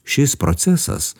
šis procesas